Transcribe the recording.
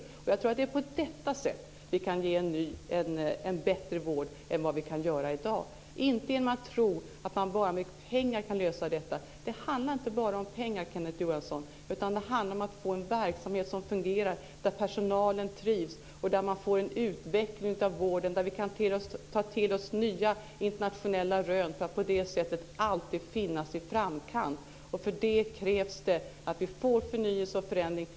Jag tror att det är på det sättet som vi kan ge en bättre vård än vi i dag kan ge. Det går alltså inte att tro att man bara genom pengar kan lösa detta, för det handlar inte bara om pengar, Kenneth Johansson. Det handlar om att få en verksamhet som fungerar - en verksamhet där personalen trivs, där man får en utveckling av vården och där vi kan ta till oss nya internationella rön för att på det sättet alltid finnas i framkanten. För detta krävs det att vi får förnyelse och förändring.